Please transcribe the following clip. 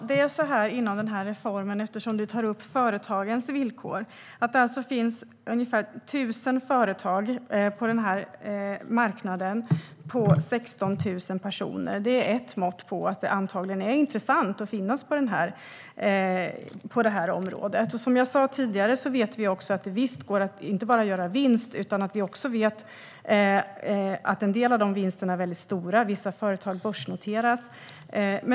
Herr talman! Bengt Eliasson tar upp företagens villkor. Det finns alltså ungefär 1 000 företag på den här marknaden, på 16 000 personer. Det är ett mått på att det antagligen är intressant att finnas på det här området. Som jag sa tidigare vet vi att det inte bara går att göra vinst. Vi vet att en del av vinsterna är väldigt stora. Vissa företag börsnoteras.